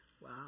Wow